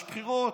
יש בחירות,